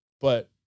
But-